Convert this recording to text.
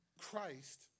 Christ